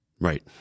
Right